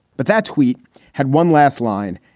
but that tweet had one last line.